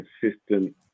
consistent